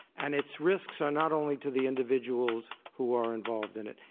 and its risks are not only to the individuals who are involved in it.